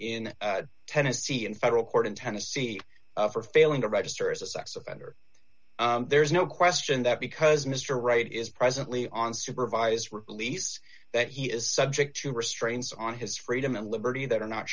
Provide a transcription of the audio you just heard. in tennessee in federal court in tennessee for failing to register as a sex offender there is no question that because mr wright is presently on supervised release that he is subject to restraints on his freedom and liberty that are not